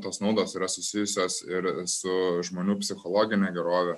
tos naudos yra susijusios ir su žmonių psichologine gerove